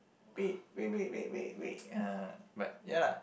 wait wait wait wait wait uh but ya lah